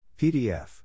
PDF